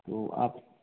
तो आप